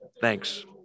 Thanks